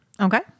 okay